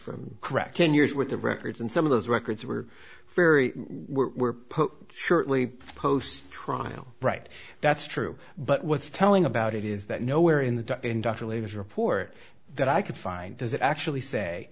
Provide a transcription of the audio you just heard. for correct ten years worth of records and some of those records were very were shortly post trial right that's true but what's telling about it is that nowhere in the inductor latest report that i could find does it actually say